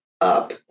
up